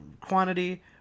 quantity